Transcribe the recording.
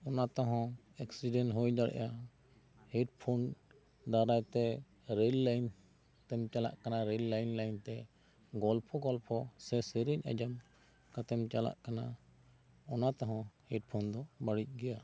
ᱚᱱᱟ ᱛᱮ ᱦᱚᱸ ᱮᱠᱥᱤᱰᱮᱱᱴ ᱦᱩᱭ ᱫᱟᱲᱮᱭᱟᱜᱼᱟ ᱦᱮᱰᱯᱷᱳᱱ ᱫᱟᱨᱟᱭ ᱛᱮ ᱨᱮᱹᱞ ᱞᱟᱭᱤᱱ ᱛᱮᱢ ᱪᱟᱞᱟᱜ ᱠᱟᱱᱟ ᱨᱮᱹᱞ ᱞᱟᱭᱤᱱ ᱞᱟᱭᱤᱱ ᱛᱮ ᱜᱚᱞᱯᱚ ᱜᱚᱞᱯᱚ ᱥᱮ ᱥᱮᱨᱮᱧ ᱟᱸᱡᱚᱢ ᱠᱟᱛᱮᱜ ᱮᱢ ᱪᱟᱞᱟᱜ ᱠᱟᱱᱟ ᱚᱱᱟ ᱛᱮ ᱦᱚᱸ ᱦᱮᱰᱯᱷᱳᱱ ᱫᱚ ᱵᱟᱹᱲᱤᱡ ᱜᱤᱭᱟ